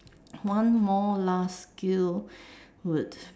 one more last skill would